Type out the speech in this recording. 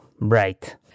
right